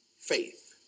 faith